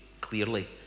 clearly